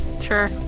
Sure